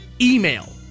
email